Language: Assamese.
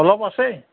অলপ আছেই